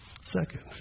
Second